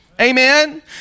Amen